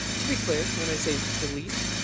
to be clear when i say delete,